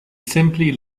simply